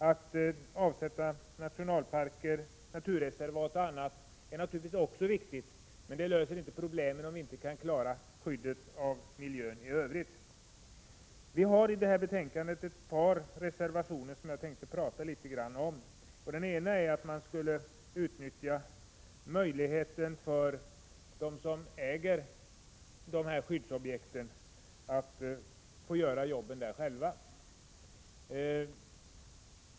Att avsätta nationalparker, naturreservat och annat är naturligtvis också viktigt, men det löser inga problem om vi inte kan klara skyddet av miljön i övrigt. Centerpartiet har ett par reservationer i detta betänkande, som jag tänkte tala litet om. Den ena gäller ett utnyttjande av möjligheten för dem som äger skyddsobjekt att göra jobben där själva.